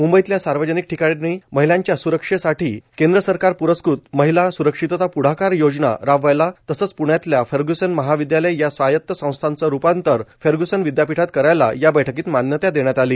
मुंबईतल्या सार्वजनिक ठिकाणी महिलांच्या सुरक्षेसाठी केंद्र सरकार पुरस्कत महिला स्रक्षितता पुढाकार योजना राबवायला तसंच पुण्यातल्या फग्र्य्सन महाविद्यालय या स्वायत्त संस्थाचं रूपांतर फग्र्युसन विद्यापीठात करायला या बैठकीत मान्यता देण्यात आली